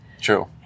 true